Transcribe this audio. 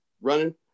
running